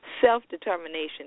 Self-determination